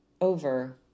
over